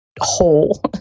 hole